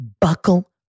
buckle